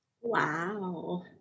Wow